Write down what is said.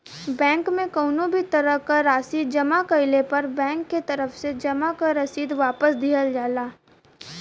bank में कउनो भी तरह क राशि जमा कइले पर बैंक के तरफ से जमा क रसीद वापस दिहल जाला